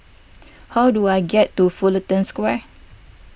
how do I get to Fullerton Square